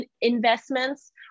investments